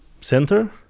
center